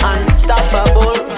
Unstoppable